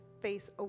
face